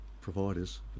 providers